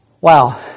Wow